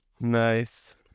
Nice